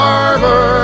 Harbor